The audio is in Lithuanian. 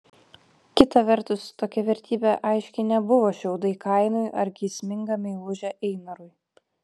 kita vertus tokia vertybė aiškiai nebuvo šiaudai kainui ar geisminga meilužė einarui